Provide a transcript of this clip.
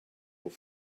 will